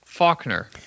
Faulkner